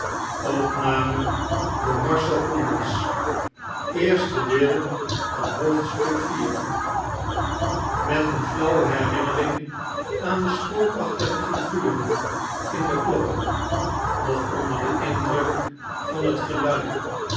met eene flauwe herinnering aan de spookachtige figuren in de klokken nog onder den indruk van het gelui